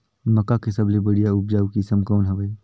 मक्का के सबले बढ़िया उपजाऊ किसम कौन हवय?